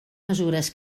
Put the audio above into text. mesures